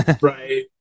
Right